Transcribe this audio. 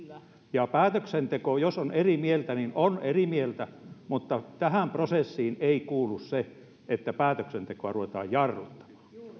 ja päätöksenteossa jos on eri mieltä niin on eri mieltä mutta tähän prosessiin ei kuulu se että päätöksentekoa ruvetaan jarruttamaan